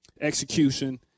execution